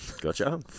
Gotcha